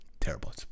Terrible